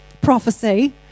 prophecy